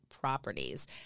properties